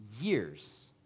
years